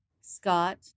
Scott